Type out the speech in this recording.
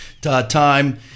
time